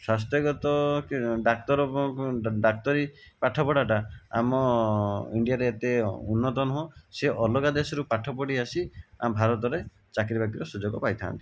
ସ୍ୱାସ୍ଥ୍ୟଗତ କି ଡାକ୍ତର ଡାକ୍ତରୀ ପାଠପଢ଼ାଟା ଆମ ଇଣ୍ଡିଆରେ ଏତେ ଉନ୍ନତ ନୁହଁ ସେ ଅଲଗା ଦେଶରୁ ପାଠ ପଢ଼ି ଆସି ଆମ ଭାରତରେ ଚାକିରି ବାକିରି ସୁଯୋଗ ପାଇଥାନ୍ତି